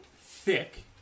thick